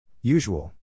Usual